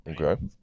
Okay